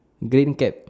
green cap